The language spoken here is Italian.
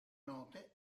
note